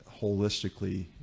holistically